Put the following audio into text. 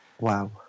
Wow